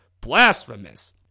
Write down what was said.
blasphemous